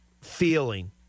feeling